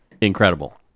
incredible